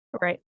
right